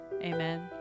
amen